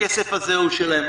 הכסף הזה הוא שלהם.